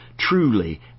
Truly